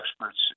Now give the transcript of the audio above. experts